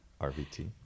RVT